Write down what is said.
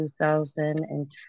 2010